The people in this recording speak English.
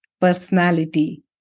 personality